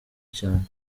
cyane